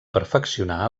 perfeccionar